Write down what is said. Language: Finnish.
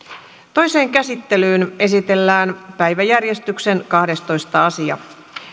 toiseen käsittelyyn esitellään päiväjärjestyksen kahdestoista asia